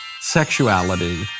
sexuality